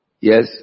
Yes